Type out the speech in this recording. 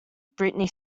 britney